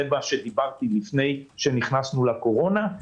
זה מה שדיברתי לפני שנכנסנו לקורונה.